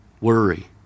Worry